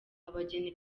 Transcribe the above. abageni